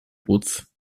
płuc